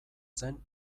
zen